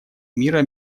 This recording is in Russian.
мира